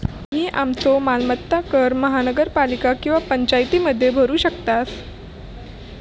तुम्ही तुमचो मालमत्ता कर महानगरपालिका किंवा पंचायतीमध्ये भरू शकतास